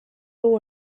dugu